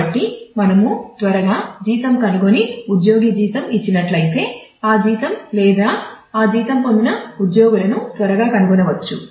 కాబట్టి మనము త్వరగా జీతం కనుగొని ఉద్యోగి జీతం ఇచ్చినట్లయితే ఆ జీతం లేదా ఆ జీతం పొందిన ఉద్యోగులను త్వరగా కనుగొనవచ్చు